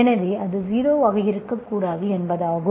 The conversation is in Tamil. எனவே அது 0 ஆக இருக்கக்கூடாது என்பதாகும்